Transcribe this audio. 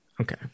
Okay